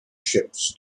ships